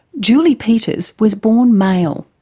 julie peters was born male.